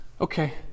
Okay